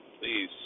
please